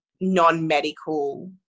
non-medical